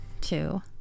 two